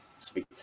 speak